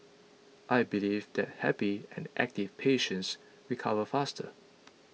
I believe that happy and active patients recover faster